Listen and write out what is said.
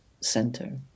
center